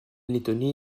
lettonie